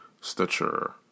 stitcher